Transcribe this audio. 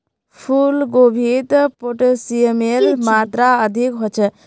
फूल गोभीत पोटेशियमेर मात्रा अधिक ह छे